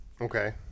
Okay